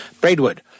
Braidwood